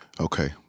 Okay